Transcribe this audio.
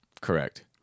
correct